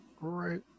right